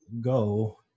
go